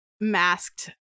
masked